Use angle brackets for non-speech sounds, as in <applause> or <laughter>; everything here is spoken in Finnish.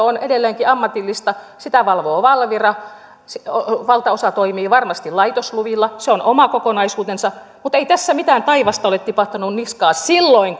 <unintelligible> on edelleenkin ammatillista sitä valvoo valvira valtaosa toimii varmasti laitosluvilla se on oma kokonaisuutensa mutta ei tässä mitään taivasta ole tipahtanut niskaan silloin <unintelligible>